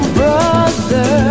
brother